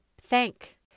thank